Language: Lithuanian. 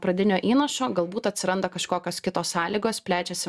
pradinio įnašo galbūt atsiranda kažkokios kitos sąlygos plečiasi